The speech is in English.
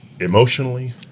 emotionally